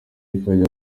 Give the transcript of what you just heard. ikajya